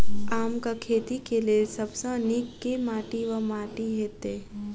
आमक खेती केँ लेल सब सऽ नीक केँ माटि वा माटि हेतै?